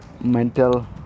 mental